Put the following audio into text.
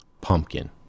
pumpkin